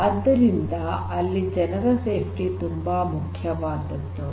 ಆದ್ದರಿಂದ ಅಲ್ಲಿ ಜನರ ಸುರಕ್ಷತೆ ತುಂಬಾ ಮುಖ್ಯವಾದದ್ದು